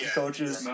coaches